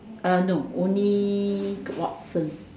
uh no only Watsons